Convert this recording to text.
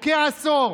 או כעשור,